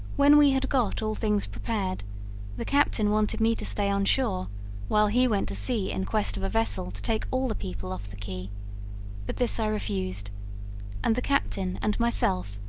when we had got all things prepared the captain wanted me to stay on shore while he went to sea in quest of a vessel to take all the people off the key but this i refused and the captain and myself,